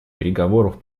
переговоров